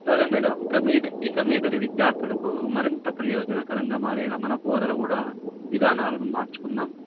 సరే మేడం ఇం మీద ఇంక మీద విద్యార్థులకు మరింత ప్రయోజనకరంగా మారేలాగ మన బోధన కూడా విధానాలను మార్చుకుందాం